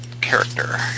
character